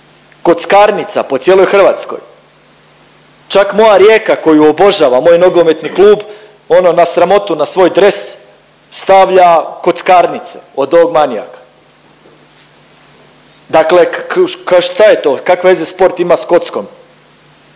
kockarnica po cijeloj Hrvatskoj. Čak moja Rijeka, koju obožavam, moj nogometni klub, ono na sramotu, na svoj dres stavlja kockarnice od ovog manijaka. Dakle .../nerazumljivo/... šta je to? Kakve veze sport ima s kockom